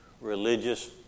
religious